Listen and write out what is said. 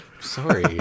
Sorry